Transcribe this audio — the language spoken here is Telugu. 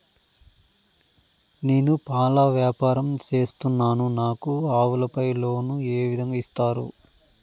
నేను పాల వ్యాపారం సేస్తున్నాను, నాకు ఆవులపై లోను ఏ విధంగా ఇస్తారు